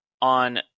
on